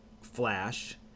Flash